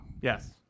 yes